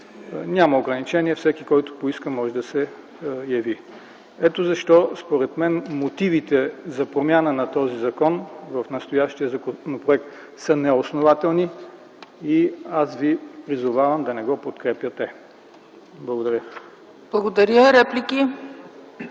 няма ограничение, всеки който поиска може да се яви. Ето защо, според мен, мотивите за промяна на този закон в настоящия законопроект са неоснователни и аз ви призовавам да не го подкрепяте. Благодаря. ПРЕДСЕДАТЕЛ